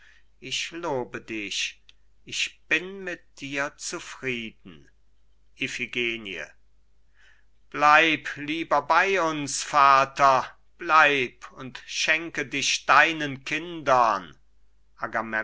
ich lobe dich ich bin mit dir zufrieden iphigenie bleib lieber bei uns vater bleib und schenke dich deinen kindern